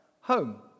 home